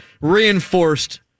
reinforced